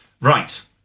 Right